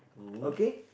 okay